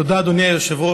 תודה, אדוני היושב-ראש.